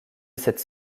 cette